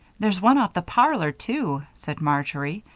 there's one off the parlor, too, said marjory,